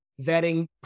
vetting